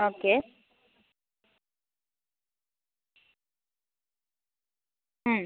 okay മ്